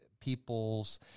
people's